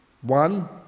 One